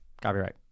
Copyright